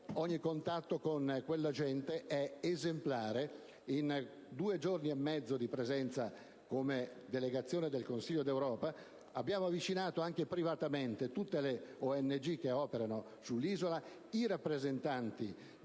Ogni contatto con quella gente è esemplare. In due giorni e mezzo di presenza, come delegazione dell'Assemblea del Consiglio d'Europa, abbiamo avvicinato, anche privatamente, tutte le ONG che operano sull'isola, i rappresentanti